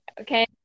okay